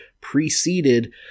preceded